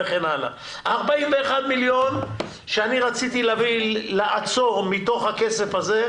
41 מיליון שאני רציתי לעצור מתוך הכסף הזה,